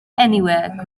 anywhere